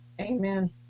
amen